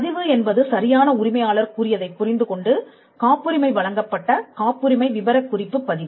பதிவு என்பது சரியான உரிமையாளர் கூறியதைப் புரிந்துகொண்டு காப்புரிமை வழங்கப்பட்ட காப்புரிமை விபரக்குறிப்புப் பதிவு